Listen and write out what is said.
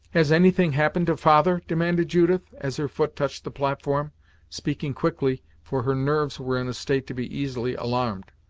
has any thing happened to father? demanded judith, as her foot touched the platform speaking quickly, for her nerves were in a state to be easily alarmed.